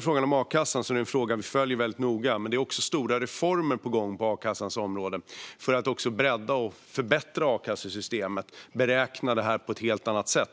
Frågan om a-kassan är en fråga vi följer väldigt noga, men det är också stora reformer på gång på a-kassans område för att bredda och förbättra akassesystemet och beräkna det på ett helt annat sätt.